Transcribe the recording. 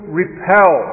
repel